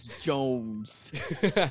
Jones